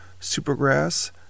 Supergrass